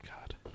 God